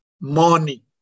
money